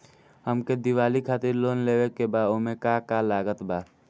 हमके दिवाली खातिर लोन लेवे के बा ओमे का का लागत बा?